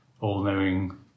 all-knowing